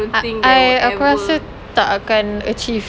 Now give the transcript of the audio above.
I I aku rasa tak akan achieve